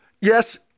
yes